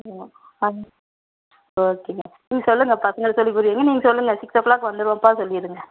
ஆமாம் ஓகேங்க ம் சொல்லுங்கள் பசங்களுக்கு சொல்லி புரிய வையுங்க நீங்கள் சொல்லுங்கள் சிக்ஸ் ஓ கிளாக்கு வந்துடுவோப்பா சொல்லிடுங்கள்